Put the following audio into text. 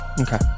Okay